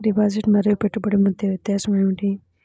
Deposit మరియు పెట్టుబడి మధ్య వ్యత్యాసం ఏమిటీ?